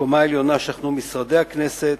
ובקומה העליונה שכנו משרדי הכנסת.